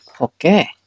Okay